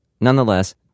Nonetheless